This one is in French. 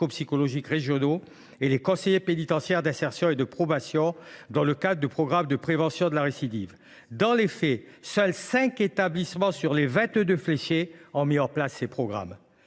psychologiques régionaux et les conseillers pénitentiaires d’insertion et de probation, dans le cadre de programmes de prévention de la récidive. Dans les faits cependant, seuls cinq établissements sur les vingt deux fléchés ont mis en place de tels programmes